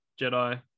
Jedi